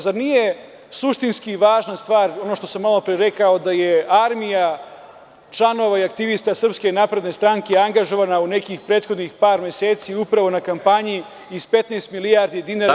Zar nije suštinski važna stvar ono što sam malopre rekao da je armija članova i aktivista SNS angažovana u nekih prethodnih par meseci upravo na kampanji i sa 15 milijardi dinara…